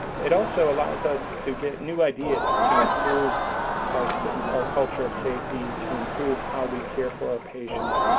it also allows us to get new ideas, to improve our so our culture of safety, to improve how we care for our patients,